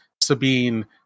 Sabine